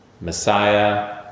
Messiah